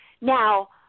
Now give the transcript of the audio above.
Now